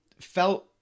felt